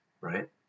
right